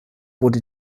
wurde